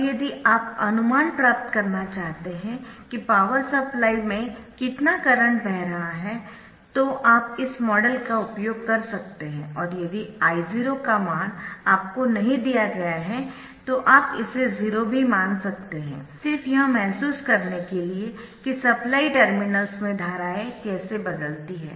अब यदि आप अनुमान प्राप्त करना चाहते है कि पावर सप्लाई में कितना करंट बह रहा है तो आप इस मॉडल का उपयोग कर सकते है और यदि I0 का मान आपको नहीं दिया गया है तो आप इसे 0 भी मान सकते है सिर्फ यह महसूस करने के लिए कि सप्लाई टर्मिनल्स में धाराएं कैसे बदलती है